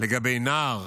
לגבי נער